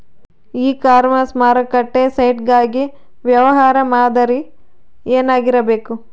E commerce ಮಾರುಕಟ್ಟೆ site ಗಾಗಿ ವ್ಯವಹಾರ ಮಾದರಿ ಏನಾಗಿರಬೇಕು?